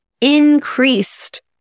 increased